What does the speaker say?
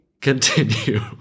continue